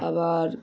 আবার